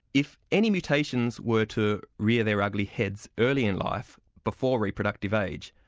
if any mutations were to rear their ugly heads early in life, before reproductive age,